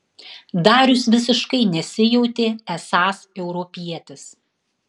darius visiškai nesijautė esąs europietis